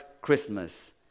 Christmas